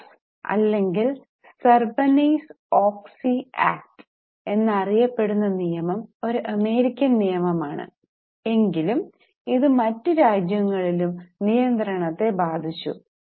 socks അല്ലെങ്കിൽ Sarbanes Oxley Act എന്നറിയപ്പെടുന്ന നിയമം ഒരു അമേരിക്കൻ നിയമമാണ് എങ്കിലും ഇത് മറ്റ് രാജ്യങ്ങളിലും നിയന്ത്രണത്തെ ബാധിച്ചു